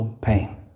pain